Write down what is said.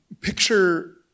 picture